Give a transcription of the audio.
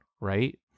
right